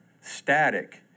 static